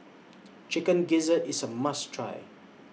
Chicken Gizzard IS A must Try